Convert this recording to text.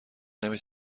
نمی